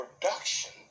production